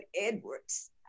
Edwards